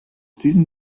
diesen